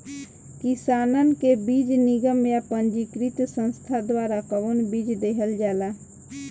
किसानन के बीज निगम या पंजीकृत संस्था द्वारा कवन बीज देहल जाला?